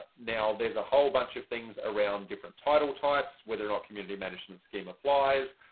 now there's a whole bunch of things around different title types with. they're not community management scheme applies.